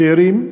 צעירים.